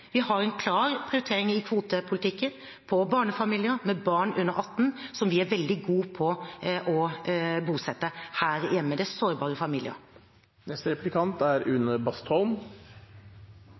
Vi har en klar prioritering i kvotepolitikken: barnefamilier med barn under 18 år, som vi er veldig gode på å bosette her hjemme. Det er sårbare familier.